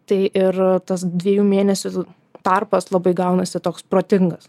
tai ir tas dviejų mėnesių tarpas labai gaunasi toks protingas